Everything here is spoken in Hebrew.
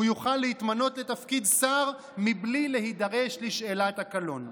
הוא יוכל להתמנות לתפקיד שר בלי להידרש לשאלת הקלון.